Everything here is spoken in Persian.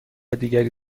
دیگری